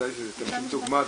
בוודאי שזו דוגמה טובה.